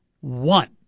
one